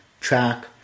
track